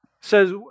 says